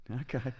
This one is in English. Okay